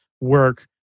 work